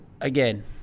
again